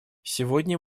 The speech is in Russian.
сегодня